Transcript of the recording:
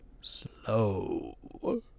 slow